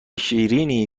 شیریننی